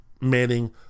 Manning